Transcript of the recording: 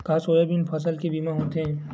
का सोयाबीन फसल के बीमा होथे?